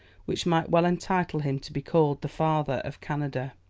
which might well entitle him to be called the father of canada.